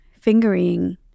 fingering